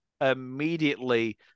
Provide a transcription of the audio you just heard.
immediately